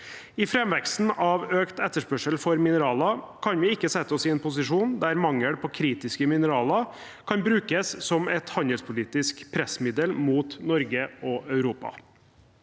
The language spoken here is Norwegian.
I framveksten av økt etterspørsel etter mineraler kan vi ikke sette oss i en posisjon der mangel på kritiske mineraler kan brukes som et handelspolitisk pressmiddel mot Norge og Europa.